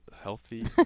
healthy